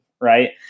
right